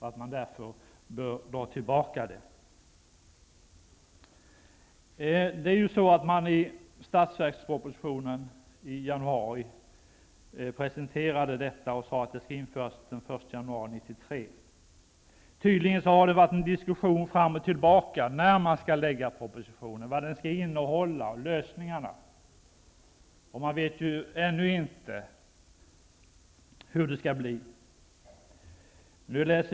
Därför borde man dra tillbaka det. I statsverkspropositionen i januari presenterade man detta och sade att det skall införas den 1 januari 1993. Det har tydligen varit en diskussion fram och tillbaka om när man skall lägga fram propositionen och vad den skall innehålla. Vi vet ännu inte hur det skall bli.